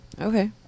Okay